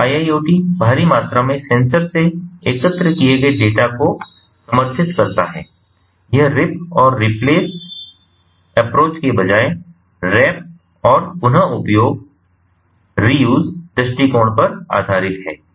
तो IIoT भारी मात्रा में सेंसर से एकत्र किए गए डेटा को समर्थित करता हैयह रिप और रिप्लेस अप्रोच के बजाय रैप और पुनः उपयोग दृष्टिकोण पर आधारित है